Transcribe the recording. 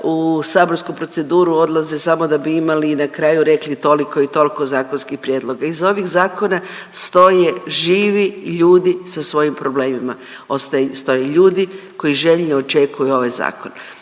u saborsku proceduru odlaze samo da bi imali i na kraju rekli toliko i toliko zakonskih prijedloga. Iz ovih zakona stoje živi ljudi sa svojim problemima, stoje ljudi koji željno očekuju ovaj zakon.